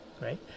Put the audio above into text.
right